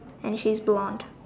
and she's blonde